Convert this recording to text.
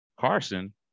Carson